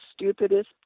stupidest